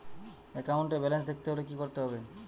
একাউন্টের ব্যালান্স দেখতে হলে কি করতে হবে?